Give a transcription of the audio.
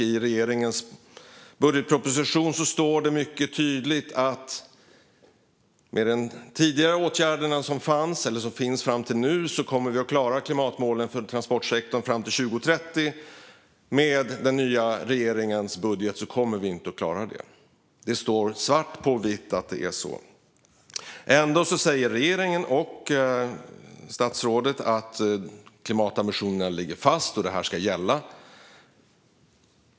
I regeringens budgetproposition står det mycket tydligt att vi med de tidigare åtgärderna, som funnits fram till nu, klarar klimatmålen för transportsektorn fram till 2030. Med den nya regeringens budget kommer vi inte att klara dem. Det står svart på vitt att det är så. Ändå säger regeringen och statsrådet att klimatambitionerna ligger fast och ska gälla.